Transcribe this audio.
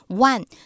one